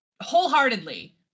wholeheartedly